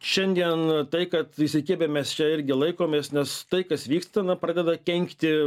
šiandien tai kad įsikibę mes čia irgi laikomės nes tai kas vyksta na pradeda kenkti